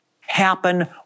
happen